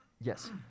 Yes